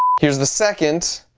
here's the second